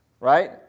Right